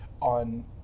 on